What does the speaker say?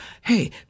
Hey